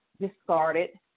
discarded